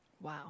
Wow